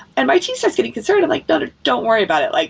and my team so is getting concerned. i'm like, don't don't worry about it. like